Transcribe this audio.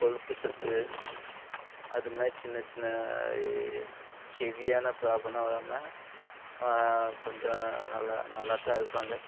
கொழுப்பு சத்து அதுமாரி சின்னச் சின்ன ஹெவியான ப்ராப்ளமெல்லாம் வராமல் கொஞ்சம் நல்லா நல்லாத்தான் இருப்பாங்க